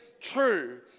true